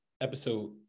episode